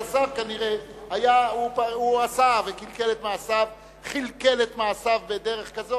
אז השר כנראה כלכל את מעשיו בדרך כזו